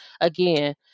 again